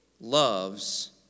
loves